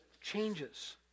changes